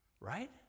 Right